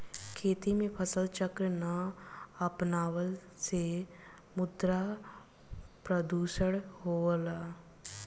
खेती में फसल चक्र ना अपनवला से मृदा प्रदुषण होला